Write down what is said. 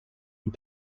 and